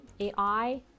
AI